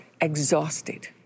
exhausted